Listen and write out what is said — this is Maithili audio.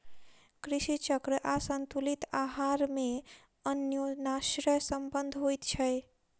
कृषि चक्र आसंतुलित आहार मे अन्योनाश्रय संबंध होइत छै